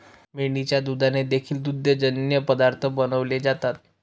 मेंढीच्या दुधाने देखील दुग्धजन्य पदार्थ बनवले जातात